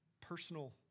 personal